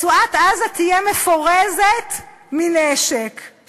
רצועת-עזה תהיה מפורזת מנשק,